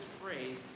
phrase